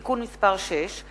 (תיקון מס' 6),